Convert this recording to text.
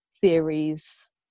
theories